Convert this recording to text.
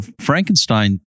Frankenstein